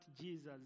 Jesus